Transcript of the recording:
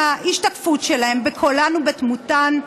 עם ההשתקפות שלהן, בקולן ובדמותן,